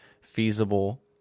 feasible